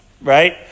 right